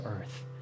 earth